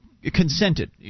Consented